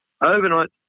overnight